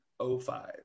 05